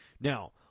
now